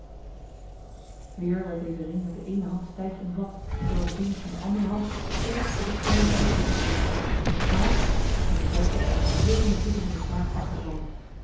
weer werd deze ring met de eene hand stijf omvat terwijl de vingers van de andere hand sterk op het kleine uitsteeksel drukten een knal en de kluisters waren geheel van de voeten van den slaaf afgevallen